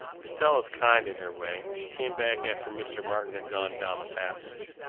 stella's kind, in her way. she came back after mr. martin had gone down the passage.